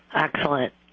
excellent!